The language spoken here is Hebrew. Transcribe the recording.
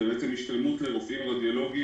זאת בעצם השתלמות לרופאים רדיולוגיים